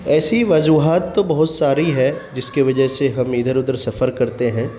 ایسی وجوہات تو بہت ساری ہے جس کی وجہ سے ہم ادھر ادھر سفر کرتے ہیں